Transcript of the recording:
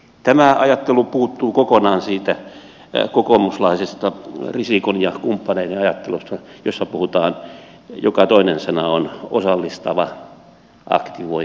tämä ajattelu puuttuu kokonaan siitä kokoomuslaisesta risikon ja kumppaneiden ajattelusta jossa joka toinen sana on osallistava aktivointi ja niin edelleen